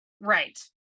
Right